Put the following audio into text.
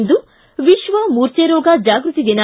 ಇಂದು ವಿಕ್ವ ಮೂರ್ಚೆರೋಗ ಜಾಗೃತಿ ದಿನ